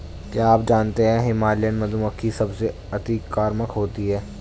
क्या आप जानते है हिमालयन मधुमक्खी सबसे अतिक्रामक होती है?